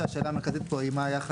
אני חושב שהשאלה המרכזית פה היא מה היחס